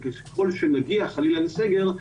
ככל שנגיע חלילה לסגר,